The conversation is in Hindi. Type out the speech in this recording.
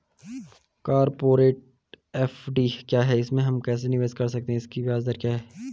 कॉरपोरेट एफ.डी क्या है इसमें हम कैसे निवेश कर सकते हैं इसकी ब्याज दर क्या है?